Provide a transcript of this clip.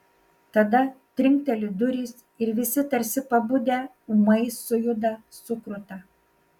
tada trinkteli durys ir visi tarsi pabudę ūmai sujuda sukruta